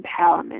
empowerment